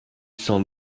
s’en